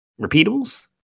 repeatables